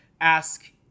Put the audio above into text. ask